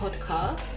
podcast